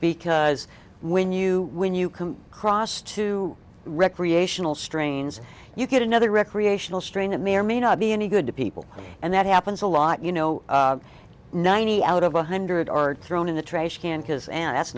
because when you when you come across to recreational strains you get another recreational strain that may or may not be any good to people and that happens a lot you know ninety out of one hundred are thrown in the trash can because and that's